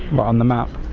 on the map?